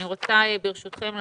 ברשותכם,